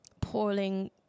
pouring